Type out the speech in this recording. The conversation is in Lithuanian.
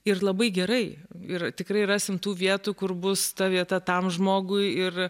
ir labai gerai ir tikrai rasim tų vietų kur bus ta vieta tam žmogui ir